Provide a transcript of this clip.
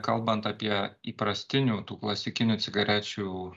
kalbant apie įprastinių tų klasikinių cigarečių